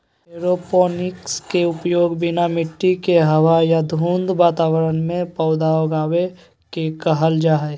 aeroponics के उपयोग बिना मिट्टी के हवा या धुंध वातावरण में पौधा उगाबे के कहल जा हइ